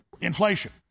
inflation